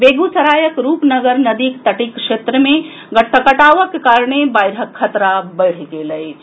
बेगूसरायक रूप नगर नदीक तटीय क्षेत्र मे कटावक कारणे बाढ़िक खतरा बढ़ि गेल अछि